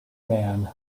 man